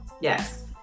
yes